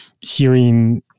hearing